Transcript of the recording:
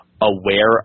aware